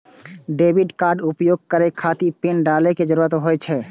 debit कार्डक उपयोग करै खातिर पिन डालै के जरूरत होइ छै